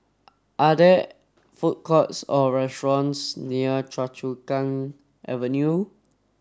are there food courts or restaurants near Choa Chu Kang Avenue